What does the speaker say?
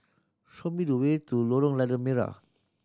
show me the way to Lorong Lada Merah